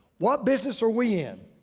what business are we in?